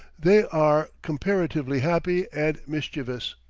they are comparatively happy and mischievous.